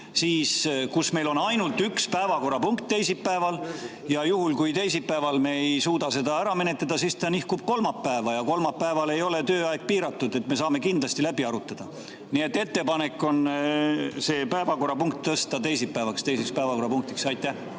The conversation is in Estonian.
Meil on ainult üks päevakorrapunkt teisipäeval. Ja juhul, kui teisipäeval me ei suuda seda ära menetleda, siis see nihkub kolmapäeva. Kolmapäeval ei ole tööaeg piiratud, nii et me saame selle kindlasti läbi arutada. Nii et ettepanek on see päevakorrapunkt tõsta teisipäevale teiseks päevakorrapunktiks. Aitäh!